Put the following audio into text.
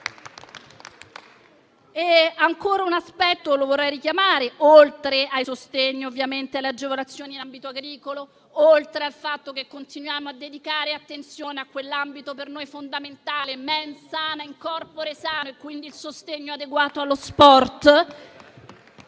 un altro aspetto oltre ai sostegni, alle agevolazioni in ambito agricolo, oltre al fatto che continuiamo a dedicare attenzione a quell'ambito per noi fondamentale (*mens sana in corpore sano)* e, quindi, al sostegno adeguato allo sport.